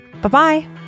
Bye-bye